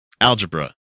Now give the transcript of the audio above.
Algebra